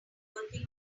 working